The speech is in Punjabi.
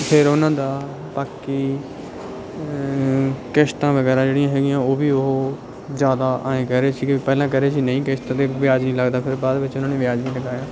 ਫਿਰ ਉਨ੍ਹਾਂ ਦਾ ਬਾਕੀ ਕਿਸ਼ਤਾਂ ਵਗੈਰਾ ਜਿਹੜੀਆਂ ਹੈਗੀਆਂ ਉਹ ਵੀ ਉਹ ਜ਼ਿਆਦਾ ਐਂ ਕਹਿ ਰਹੇ ਸੀਗੇ ਪਹਿਲਾਂ ਕਹਿ ਰਹੇ ਸੀਗੇ ਨਹੀਂ ਕਿਸ਼ਤੇ 'ਤੇ ਵਿਆਜ ਨਹੀਂ ਲੱਗਦਾ ਫਿਰ ਬਾਅਦ ਵਿੱਚ ਉਨ੍ਹਾਂ ਨੇ ਵਿਆਜ ਵੀ ਲਗਾਇਆ